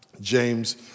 James